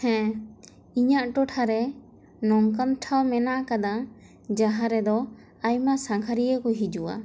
ᱦᱮᱸ ᱤᱧᱟᱹᱜ ᱴᱚᱴᱷᱟ ᱨᱮ ᱱᱚᱝᱠᱟᱱ ᱴᱷᱟᱶ ᱢᱮᱱᱟᱜ ᱟᱠᱟᱫᱟ ᱡᱟᱦᱟᱸ ᱨᱮᱫᱚ ᱟᱭᱢᱟ ᱥᱟᱸᱜᱷᱟᱨᱤᱭᱟᱹ ᱠᱚ ᱦᱤᱡᱩᱜᱼᱟ